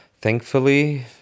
thankfully